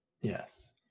yes